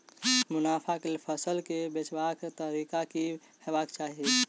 मुनाफा केँ लेल फसल केँ बेचबाक तरीका की हेबाक चाहि?